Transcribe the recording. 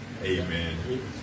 Amen